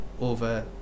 over